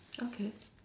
okay